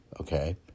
okay